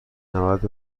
نود